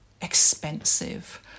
expensive